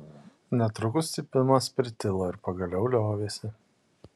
netrukus cypimas pritilo ir pagaliau liovėsi